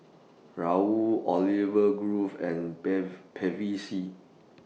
Raoul Olive Grove and Bevy C